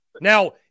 Now